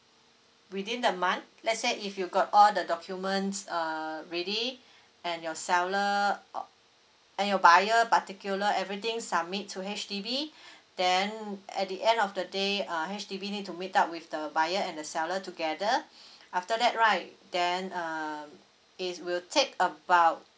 within the month let's say if you got all the documents err ready and your seller and your buyer particular everything submit to H_D_B then at the end of the day uh H_D_B need to meet up with the buyer and the seller together after that right then um it will take about